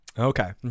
Okay